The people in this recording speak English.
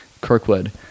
Kirkwood